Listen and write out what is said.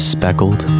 Speckled